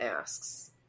asks